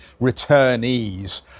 returnees